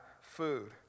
food